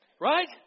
Right